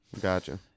Gotcha